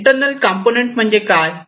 internal component म्हणजे काय